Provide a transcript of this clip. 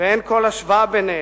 ואין כל השוואה ביניהן.